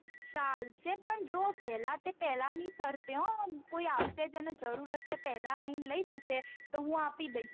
ચાલશે પણ જો વહેલા તે પહેલાની શરતે હોં કોઈ આવશે જેને જરૂર હશે પહેલા આવીને લઈ જશે તો હું આપી દઈશ